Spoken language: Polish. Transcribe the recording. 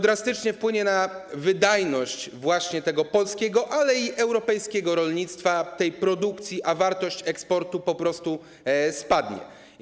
Drastycznie wpłynie to na wydajność właśnie tego polskiego, ale i europejskiego rolnictwa, tej produkcji, a wartość eksportu po prostu spadnie.